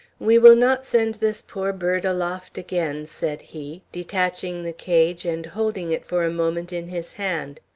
we will not send this poor bird aloft again, said he, detaching the cage and holding it for a moment in his hand.